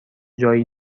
جایی